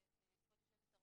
ברשות כבוד יושבת הראש,